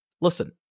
listen